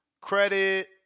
Credit